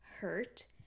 hurt